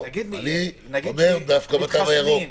לא, אני אומר דווקא בתו הירוק.